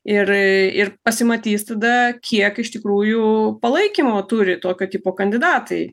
ir ir pasimatys tada kiek iš tikrųjų palaikymo turi tokio tipo kandidatai